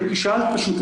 שאלת,